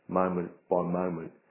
moment-by-moment